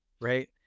right